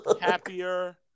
Happier